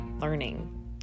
learning